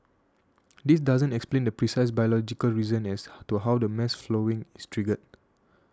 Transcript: this doesn't explain the precise biological reason as to how the mass flowering is triggered